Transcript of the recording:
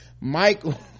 Michael-